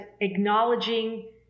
acknowledging